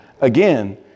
again